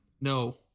No